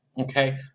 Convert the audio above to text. okay